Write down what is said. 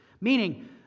Meaning